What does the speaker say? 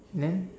then